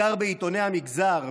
בעיקר בעיתוני המגזר,